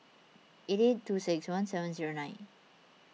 eighty two six one seven zero nine